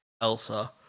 Elsa